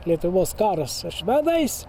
lietuvos karas su švedais